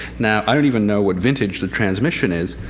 now, i don't even know what vintage the transmission is,